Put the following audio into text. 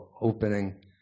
opening